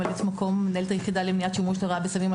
ממלאת מקום מנהלת היחידה לשימוש לרעה בסמים,